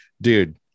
dude